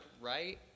right